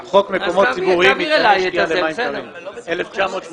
חוק מקומות ציבוריים, מיתקני מים קרים, מ-1984.